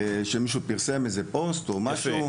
על מישהו שפרסם פוסט או משהו.